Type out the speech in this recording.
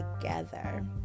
together